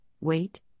wait